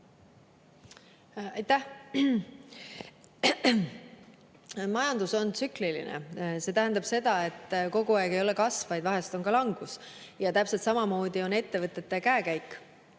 Aitäh! Majandus on tsükliline, mis tähendab seda, et kogu aeg ei ole kasv, vaid vahest on ka langus. Täpselt samamoodi on ettevõtete käekäik.